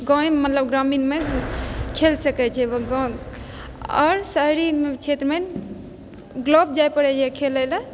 गावेमे मतलब ग्रामीणमे खेल सकै छै गाँव आओर शहरी क्षेत्रमे क्लब जाइ पड़ैए खेलै लऽ